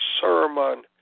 sermon